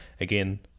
again